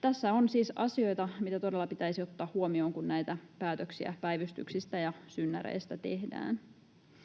Tässä on siis asioita, mitä todella pitäisi ottaa huomioon, kun näitä päätöksiä päivystyksistä ja synnäreistä tehdään.